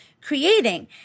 creating